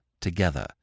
together